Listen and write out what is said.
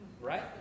right